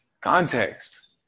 Context